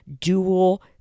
dual